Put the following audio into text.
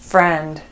Friend